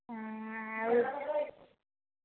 ହଁ ଆଉ